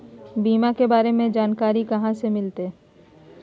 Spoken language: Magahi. बीमा के बारे में जानकारी कहा से मिलते?